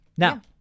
Now